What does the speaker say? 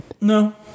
No